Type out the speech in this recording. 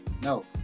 No